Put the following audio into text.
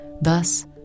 Thus